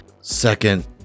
second